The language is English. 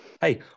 Hey